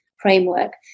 framework